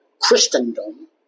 Christendom